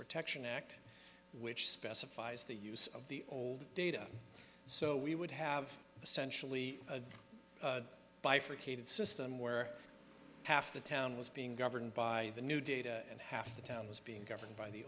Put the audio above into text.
protection act which specifies the use of the old data so we would have essentially a bifurcated system where half the town was being governed by the new data and half the town was being governed by the